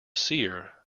seer